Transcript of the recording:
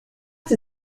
sie